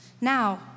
Now